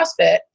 CrossFit